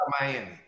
Miami